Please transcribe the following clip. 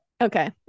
okay